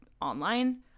online